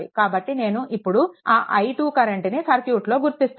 కాబట్టి నేను ఇప్పుడు ఆ i2 కరెంట్ ని సర్క్యూట్లో గుర్తిస్తాను